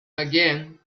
again